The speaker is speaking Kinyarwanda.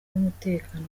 n’umutekano